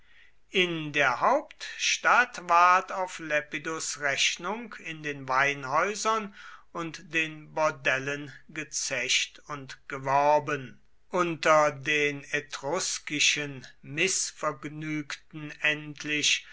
in der hauptstadt ward auf lepidus rechnung in den weinhäusern und den bordellen gezecht und geworben unter den etruskischen mißvergnügten endlich